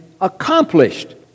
accomplished